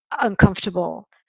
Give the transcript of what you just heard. uncomfortable